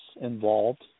involved